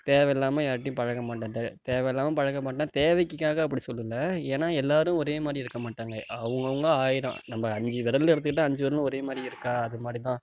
தேவையில்லாம யார்டேயும் பழக மாட்டேன் தேவை தேவையில்லாம பழக மாட்டேன் தேவைக்குக்காக அப்படி சொல்லலை ஏன்னால் எல்லாேரும் ஒரே மாதிரி இருக்க மாட்டாங்க அவுங்கவங்க ஆயிரம் நம்ம அஞ்சு விரல எடுத்துக்கிட்டால் அஞ்சு விரலும் ஒரே மாதிரி இருக்காது அது மாதிரிதான்